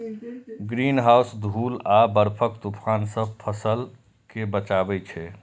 greenhouse धूल आ बर्फक तूफान सं फसल कें बचबै छै